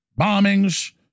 bombings